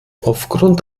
aufgrund